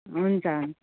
हुन्छ